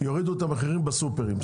יורידו את המחירים בסופרים.